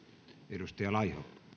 arvoisa